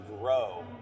grow